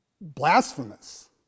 blasphemous